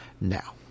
Now